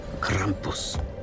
Krampus